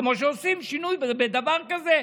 כמו שעושים שינוי בדבר כזה: